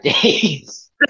days